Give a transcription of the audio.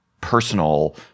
personal